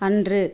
அன்று